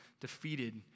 defeated